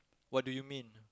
what do you mean